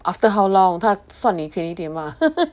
after how long 他算你便宜一点吗